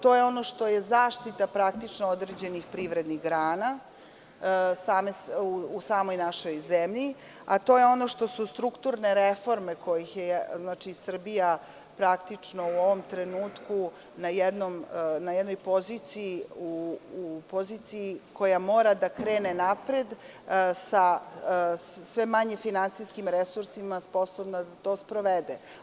To je ono što je zaštita određenih privrednih grana u samoj našoj zemlji, a to je ono što su strukturne reforme, kojih je Srbija praktično u ovom trenutku u poziciji koje mora da krene napred sa sve manje finansijskih resursa, sposobnim da to sprovede.